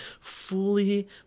fully